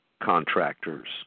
contractors